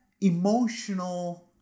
emotional